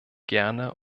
gerne